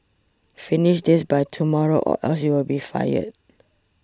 finish this by tomorrow or else you'll be fired